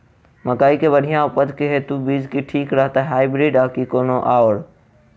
मकई केँ बढ़िया उपज हेतु केँ बीज ठीक रहतै, हाइब्रिड आ की कोनो आओर?